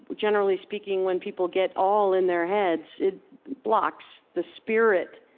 generally speaking, when people get all in their heads, it blocks the spirit,